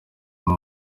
umwe